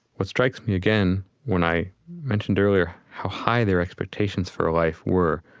what strikes me again, when i mentioned earlier how high their expectations for life were,